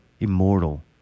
Immortal